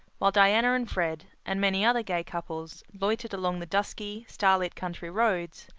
while diana and fred, and many other gay couples, loitered along the dusky, starlit country roads,